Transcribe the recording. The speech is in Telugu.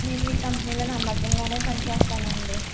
నేను మీ కంపెనీలో నమ్మకంకానే పని చేస్తానండి